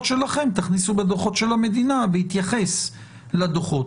שלכם תכניסו בדוחות של המדינה בהתייחס לדוחות.